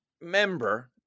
member